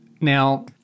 Now